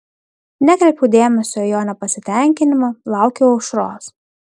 nekreipiau dėmesio į jo nepasitenkinimą laukiau aušros